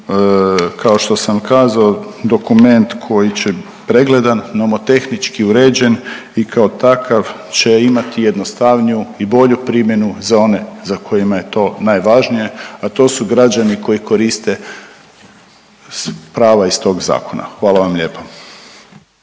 kao što sam kazao dokument koji će pregledan, nomotehnički uređen i kao takav će imati jednostavniju i bolju primjenu za one kojima je to najvažnije a to su građani koji koriste prava iz tog zakona. Hvala vam lijepa.